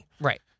Right